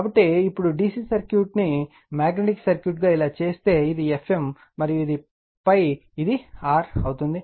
కాబట్టి ఇప్పుడు DC circuit ను మాగ్నెటిక్ సర్క్యూట్ గా ఇలా చేస్తే ఇది Fm మరియు ఇది ∅ ఇది R అవుతుంది